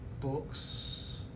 books